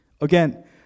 Again